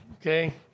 Okay